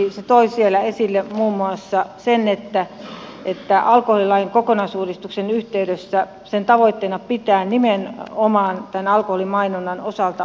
se toi siellä esille muun muassa sen että alkoholilain kokonaisuudistuksen yhteydessä sen tavoitteena tämän alkoholimainonnan osalta pitää olla nimenomaan täyskielto